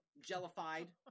jellified